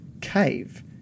cave